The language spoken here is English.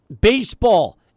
baseball